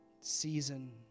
season